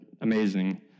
amazing